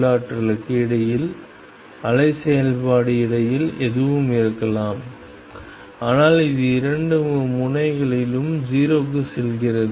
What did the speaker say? உள்ளாற்றலுக்கு இடையில் அலை செயல்பாடு இடையில் எதுவும் இருக்கலாம் ஆனால் அது இரண்டு முனைகளிலும் 0 க்கு செல்கிறது